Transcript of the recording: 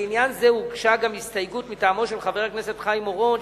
בעניין זה הוגשה גם הסתייגות מטעמו של חבר הכנסת חיים אורון,